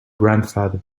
grandfather